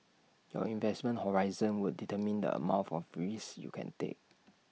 your investment horizon would determine the amount of risks you can take